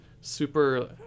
super